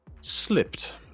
slipped